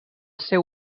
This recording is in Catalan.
seu